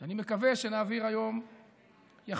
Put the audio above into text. שאני מקווה שנעביר היום יחדיו.